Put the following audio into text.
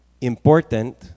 important